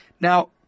Now